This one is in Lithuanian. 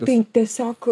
tai tiesiog